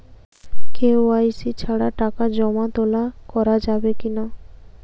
KYC ছাড়া টাকা জমা তোলা করা যাবে কি না?